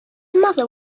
mother